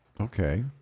Okay